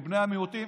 מבני המיעוטים,